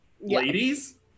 ladies